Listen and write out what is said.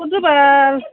हरदो बाल